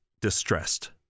distressed